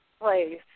place